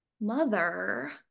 Mother